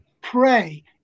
pray